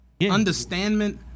Understandment